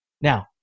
Now